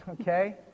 okay